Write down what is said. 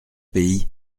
pays